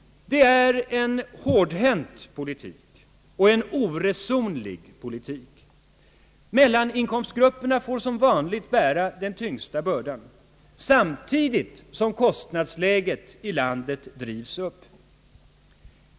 Det är en hårdhänt politik och en oresonlig politik. Mellaninkomstgrupperna får som vanligt bära den tyngsta bördan, samtidigt som kostnadsläget i landet drivs upp.